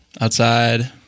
outside